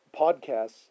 podcasts